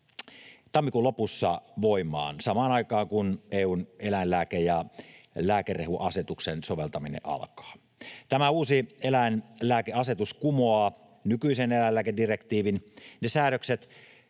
tammikuun lopussa voimaan, samaan aikaan kuin EU:n eläinlääke- ja lääkerehuasetuksen soveltaminen alkaa. Tämä uusi eläinlääkeasetus kumoaa nykyisen eläinlääkedirektiivin. Ne säädökset,